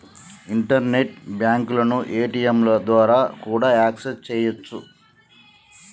internet బ్యాంకులను ఏ.టీ.యంల ద్వారా కూడా యాక్సెస్ చెయ్యొచ్చు